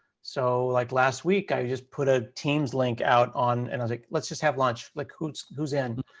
so, like last week, i just put a teams link out on, and i was like, let's just have lunch. like, who's who's in?